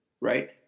right